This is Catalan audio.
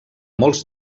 molts